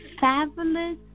fabulous